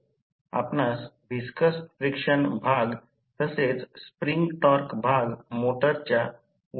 आता म्हणून उपकरणाचे वाचन volt meter reading 230 volt ammeter reading 2 ampere आणि वॅटमीटर मीटर वाचन 88 watt आहे